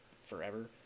forever